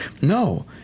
No